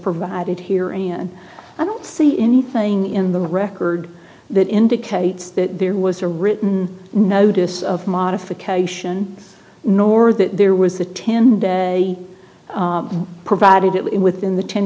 provided here in i don't see anything in the record that indicates that there was a written notice of modification nor that there was a ten day provided it within the ten